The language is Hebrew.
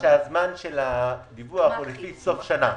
שהזמן של הדיווח הוא לפי סוף שנה,